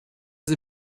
sie